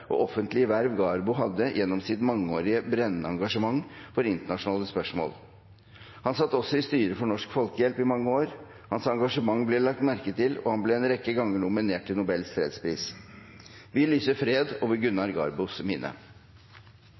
og offentlige verv Garbo hadde gjennom sitt mangeårige brennende engasjement for internasjonale spørsmål. Han satt også i styret for Norsk Folkehjelp i mange år. Hans engasjement ble lagt merke til, og han ble en rekke ganger nominert til Nobels fredspris. Vi lyser fred over Gunnar Garbos minne.